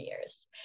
years